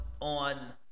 on